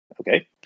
Okay